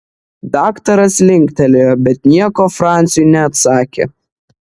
daktaras linktelėjo bet nieko franciui neatsakė